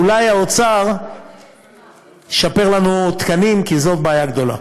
אולי האוצר ישפר לנו תקנים, כי זאת בעיה גדולה.